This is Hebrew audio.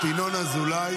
לא שמעתי אותך מדבר ככה.